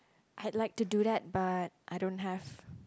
I'd like to do that but I don't have